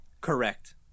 Correct